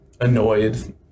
annoyed